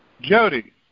Jody